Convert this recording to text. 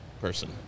person